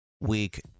week